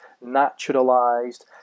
naturalized